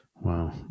Wow